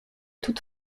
toute